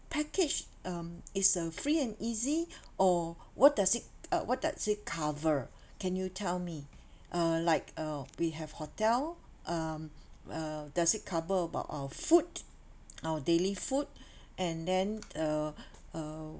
package um is a free and easy or what does it uh what does it cover can you tell me uh like uh we have hotel um uh does it cover about our food our daily food and then uh uh